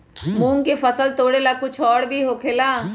मूंग के फसल तोरेला कुछ और भी होखेला?